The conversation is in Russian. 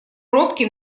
пробки